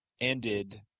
ended